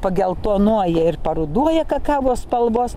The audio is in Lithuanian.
pageltonuoja ir paruduoja kakavos spalvos